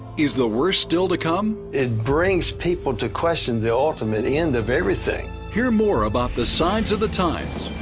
is the worst still to come? it brings people to question the ah ultimate end of everything. hear more about the signs of the times,